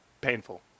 Painful